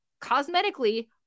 cosmetically